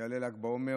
יעלה ל"ג בעומר.